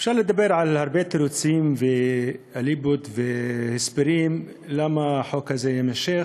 אפשר לדבר על הרבה תירוצים ואליבי והסברים למה החוק הזה יימשך,